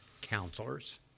counselors